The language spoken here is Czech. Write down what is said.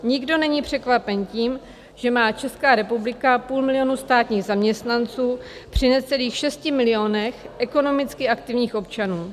Nikdo není překvapen tím, že má Česká republika půl milionu státních zaměstnanců při necelých šesti milionech ekonomicky aktivních občanů.